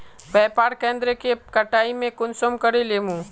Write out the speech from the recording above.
व्यापार केन्द्र के कटाई में कुंसम करे लेमु?